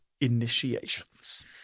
initiations